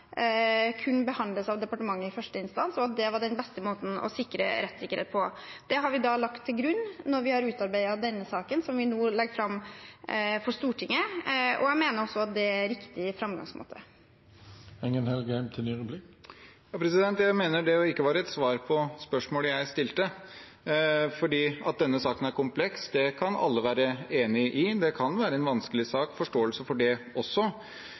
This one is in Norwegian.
behandles av departementet i første instans, og at det var den beste måten å sikre rettssikkerhet på. Det har vi da lagt til grunn når vi har utarbeidet denne saken som vi nå legger fram for Stortinget, og jeg mener også at det er riktig framgangsmåte. Jeg mener det ikke var et svar på spørsmålet jeg stilte. At denne saken er kompleks, det kan alle være enig i. Det kan være en vanskelig sak, jeg har forståelse for det også.